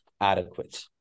adequate